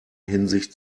hinsicht